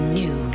new